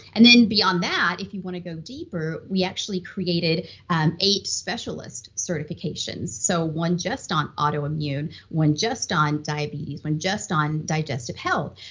and then beyond that, if you want to go deeper, we actually created eight specialist certifications, so one just on autoimmune, one just on diabetes, one just on digestive health,